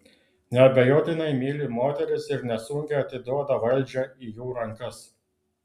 neabejotinai myli moteris ir nesunkiai atiduoda valdžią į jų rankas